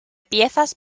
piezas